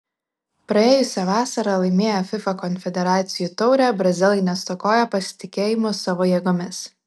praėjusią vasarą laimėję fifa konfederacijų taurę brazilai nestokoja pasitikėjimo savo jėgomis